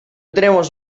tenemos